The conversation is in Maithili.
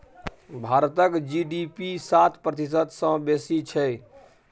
भारतक जी.डी.पी सात प्रतिशत सँ बेसी छै